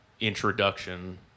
introduction